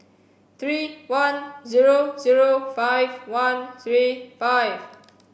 three one zero zero five one three five